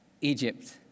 Egypt